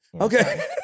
Okay